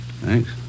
Thanks